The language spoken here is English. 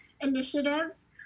initiatives